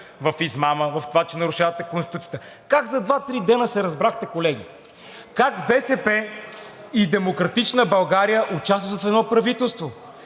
в измама, в това, че нарушавате Конституцията?! Как за два-три дена се разбрахте, колеги? Как БСП и „Демократична България“ участват в едно правителство?